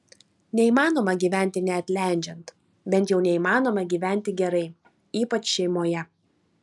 neįmanoma gyventi neatleidžiant bent jau neįmanoma gyventi gerai ypač šeimoje